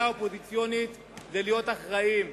האופוזיציונית הוא להיות אחראיים,